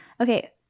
Okay